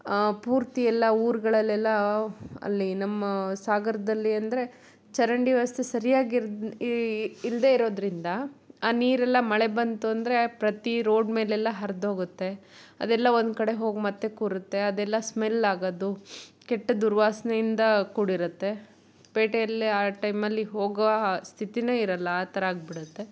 ಪೂರ್ತಿಯೆಲ್ಲ ಊರುಗಳಲ್ಲೆಲ್ಲ ಅಲ್ಲಿ ನಮ್ಮ ಸಾಗರದಲ್ಲಿ ಅಂದರೆ ಚರಂಡಿ ವ್ಯವಸ್ಥೆ ಸರಿಯಾಗಿರು ಈ ಇಲ್ಲದೇ ಇರೋದರಿಂದ ಆ ನೀರೆಲ್ಲ ಮಳೆ ಬಂತು ಅಂದರೆ ಪ್ರತಿ ರೋಡ್ ಮೇಲೆಲ್ಲ ಹರಿದೋಗುತ್ತೆ ಅದೆಲ್ಲ ಒಂದು ಕಡೆ ಹೋಗಿ ಮತ್ತೆ ಕೂರುತ್ತೆ ಅದೆಲ್ಲ ಸ್ಮೆಲ್ ಆಗೋದು ಕೆಟ್ಟ ದುರ್ವಾಸನೆಯಿಂದ ಕೂಡಿರುತ್ತೆ ಪೇಟೆಯಲ್ಲೇ ಆ ಟೈಮಲ್ಲಿ ಹೋಗೋ ಹಾ ಸ್ಥಿತಿನೇ ಇರೋಲ್ಲ ಆ ಥರ ಆಗ್ಬಿಡುತ್ತೆ